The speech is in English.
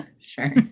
Sure